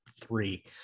three